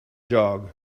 jog